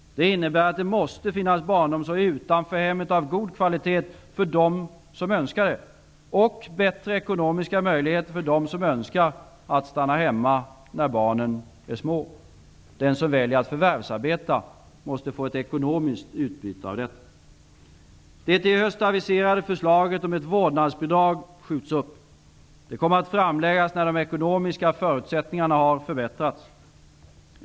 Det innebär att det måste finnas barnomsorg utanför hemmet av god kvalitet för dem som önskar det och bättre ekonomiska möjligheter för dem som önskar att stanna hemma när barnen är små. Den som väljer att förvärsarbeta måste få ett ekonomiskt utbyte av detta. Det till i höst aviserade förslaget om ett vårdnadsbidrag skjuts upp. Det kommer att framläggas när de ekonomiska förutsättningarna har förbättrats.